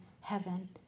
heaven